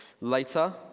later